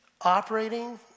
operating